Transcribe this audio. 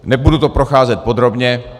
Nebudu to procházet podrobně.